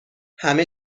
همه